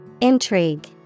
Intrigue